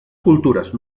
cultures